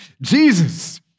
Jesus